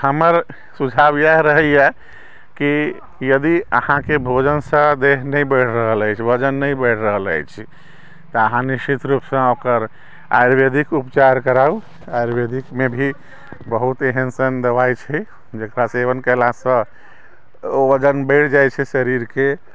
हमर सुझाव इएह रहैए कि यदि अहाँके भोजनसँ देह नहि बैढ़ रहल अछि वजन नहि बढ़ि रहल अछि तऽ अहाँ निश्चित रूपसँ ओकर आयुर्वेदिक उपचार कराउ आयुर्वेदिकमे भी बहुत एहन सन दवाइ छै जकरा सेवन कयलासँ वजन बढ़ि जाइ छै शरीरके